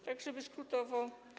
Tak żeby skrótowo.